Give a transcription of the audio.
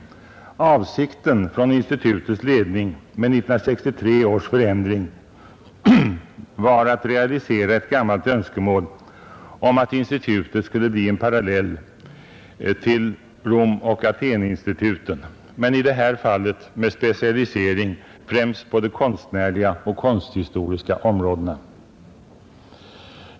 Avsikten från institutets ledning med 1963 års förändring var att realisera ett gammalt önskemål om att institutet skulle bli en parallell till Romoch Atheninstituten, men i det här fallet med specialisering främst på de konstnärliga och konsthistoriska områdena.